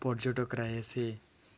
পর্যটকরা এসে